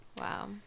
Wow